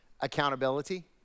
accountability